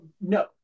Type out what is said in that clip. No